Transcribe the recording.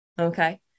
okay